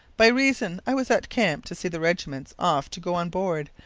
by reason i was at camp to see the regiments off to go on board,